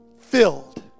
filled